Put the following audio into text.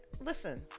listen